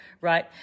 right